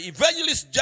Evangelist